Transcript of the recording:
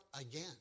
again